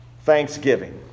thanksgiving